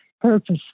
purpose